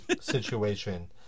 situation